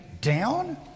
down